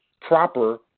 proper